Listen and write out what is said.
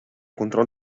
control